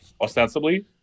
ostensibly